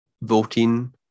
voting